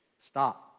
Stop